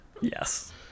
Yes